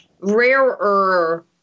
rarer